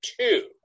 two